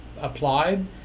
applied